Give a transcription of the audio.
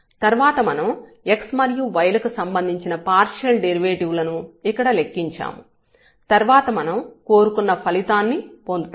తర్వాత మనం x మరియు y లకి సంబంధించిన పార్షియల్ డెరివేటివ్ లను ఇక్కడ లెక్కించాము తర్వాత మనం కోరుకున్న ఫలితాన్ని పొందుతాము